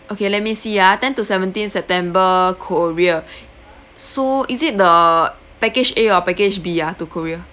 okay let me see ah ten to seventeen september korea so is it the package A or package B ah to korea